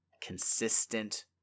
consistent